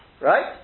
right